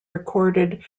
recorded